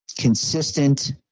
consistent